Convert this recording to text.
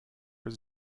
was